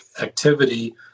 activity